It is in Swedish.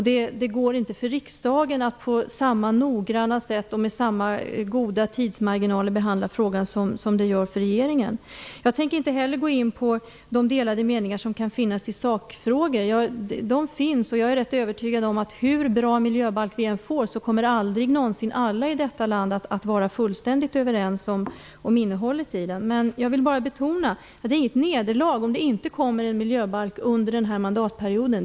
Det går inte för riksdagen att behandla frågan på samma noggranna sätt och med samma goda tidsmarginaler som det gör för regeringen. Jag tänker inte heller gå in på de delade meningar som kan finnas i sakfrågor. De finns, och jag är rätt övertygad om att hur bra miljöbalk vi än får kommer aldrig någonsin alla i detta land att vara fullständigt överens om innehållet i den. Jag vill bara betona att det inte är något nederlag om det inte kommer en miljöbalk under den här mandatperioden.